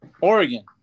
Oregon